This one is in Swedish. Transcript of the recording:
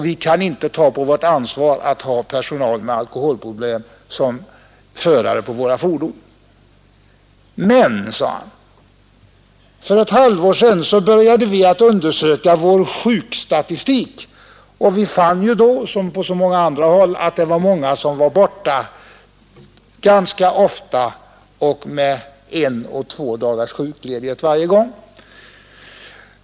Vi kan inte ta på vårt ansvar att ha personal med alkoholproblem som förare på våra fordon. Men, för ett halvår sedan började vi undersöka vår sjukstatistik och fann då, som man även har gjort på många andra håll, att många var borta ganska ofta med en och två dagars sjukledighet varje gång.